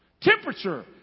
Temperature